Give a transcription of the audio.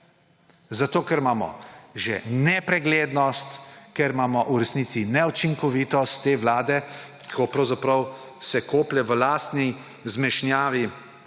Zato ker imamo nepreglednost, ker imamo v resnici neučinkovitost te vlade, ki se pravzaprav koplje v lastni zmešnjavi